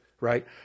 right